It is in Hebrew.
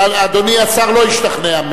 אדוני השר לא השתכנע.